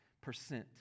percent